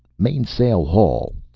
mainsail haul!